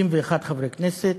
61 חברי כנסת,